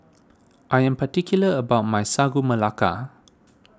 I am particular about my Sagu Melaka